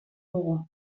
dugu